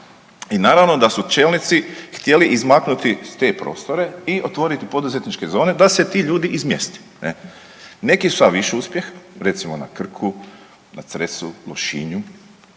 I naravno da su čelnici htjeli izmaknuti s te prostore i otvoriti poduzetničke zone da se ti ljudi izmjeste. Neki sa više uspjeha, recimo na Krku, na Cresu, Lošinju,